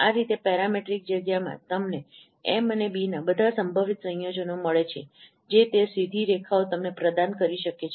આ રીતે પેરામેટ્રિક જગ્યામાં તમને એમ અને બીના બધા સંભવિત સંયોજનો મળે છે જે તે સીધી રેખાઓ તમને પ્રદાન કરી શકે છે